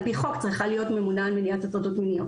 על פי חוק, צריכה להיות ממונה על הטרדות מיניות.